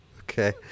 Okay